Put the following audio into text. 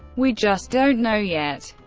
we just don't know yet.